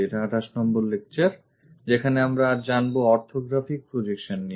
এটা 28 নম্বর lecture যেখানে আজ আমরা জানবো অর্থগ্রফিক প্রজেকশন নিয়ে